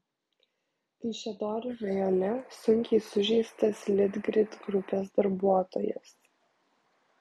kaišiadorių rajone sunkiai sužeistas litgrid grupės darbuotojas